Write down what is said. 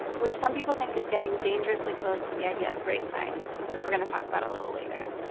which some people think is getting dangerously close to the idea of race science, which we're going to talk about a little later.